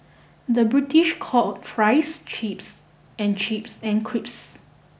the British call fries chips and chips and crisps